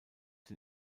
den